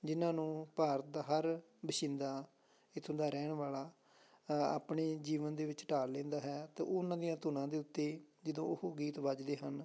ਜਿਹਨਾਂ ਨੂੰ ਭਾਰਤ ਦਾ ਹਰ ਵਸ਼ਿੰਦਾ ਇੱਥੋਂ ਦਾ ਰਹਿਣ ਵਾਲਾ ਅ ਆਪਣੇ ਜੀਵਨ ਦੇ ਵਿੱਚ ਢਾਲ ਲੈਂਦਾ ਹੈ ਅਤੇ ਉਹਨਾਂ ਦੀਆਂ ਧੁਨਾਂ ਦੇ ਉੱਤੇ ਜਦੋਂ ਉਹ ਗੀਤ ਵੱਜਦੇ ਹਨ